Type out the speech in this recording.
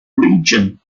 region